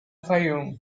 fayoum